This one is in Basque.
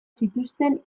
zituzten